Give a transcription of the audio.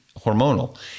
hormonal